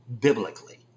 biblically